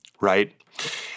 right